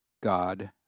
God